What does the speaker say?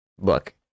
Look